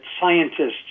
scientists